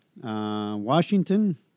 Washington